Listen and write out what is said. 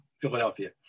Philadelphia